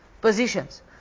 positions